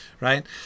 right